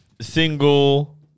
single